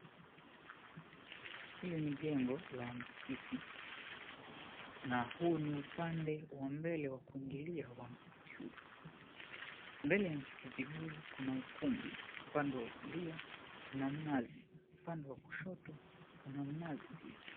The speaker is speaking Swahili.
Hili ni jengo la msikiti, na huu ni upande wa mbele wa kuingilia kwa msikiti huu. Mbele ya msikiti huu, kuna ukumbi, upande wa kulia kuna mnazi, upande wa kushoto kuna mnazi pia.